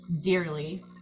dearly